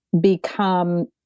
become